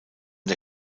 der